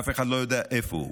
ואף אחד לא יודע איפה הוא.